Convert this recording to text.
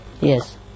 Yes